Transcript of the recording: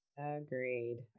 Agreed